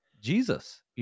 Jesus